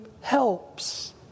helps